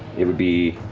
it would be